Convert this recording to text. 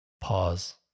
pause